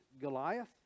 Goliath